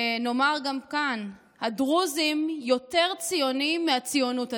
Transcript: נאמר גם כאן: הדרוזים יותר ציוניים מהציונות הדתית.